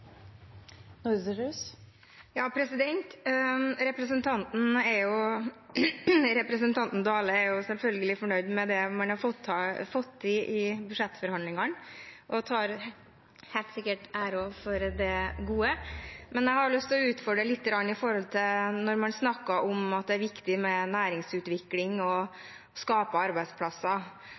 selvfølgelig fornøyd med det man har fått til i budsjettforhandlingene, og tar helt sikkert æren for det gode. Men jeg har lyst til å utfordre litt når man snakker om at det er viktig med næringsutvikling og å skape arbeidsplasser.